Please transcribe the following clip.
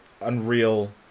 Unreal